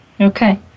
Okay